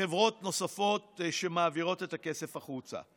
נוספות שמעבירות את הכסף החוצה,